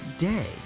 day